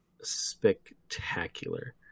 spectacular